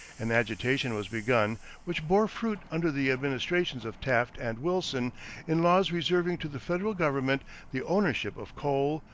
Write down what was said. an agitation was begun which bore fruit under the administrations of taft and wilson in laws reserving to the federal government the ownership of coal,